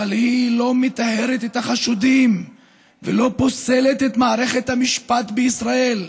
אבל היא לא מטהרת את החשודים ולא פוסלת את מערכת המשפט בישראל.